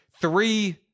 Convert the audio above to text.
three